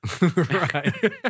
Right